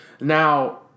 Now